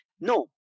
No